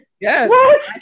Yes